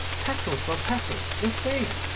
petal for petal the same!